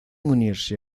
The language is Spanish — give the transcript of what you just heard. unirse